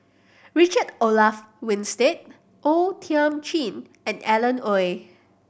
Richard Olaf Winstedt O Thiam Chin and Alan Oei